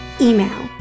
Email